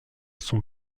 son